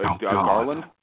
Garland